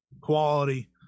Quality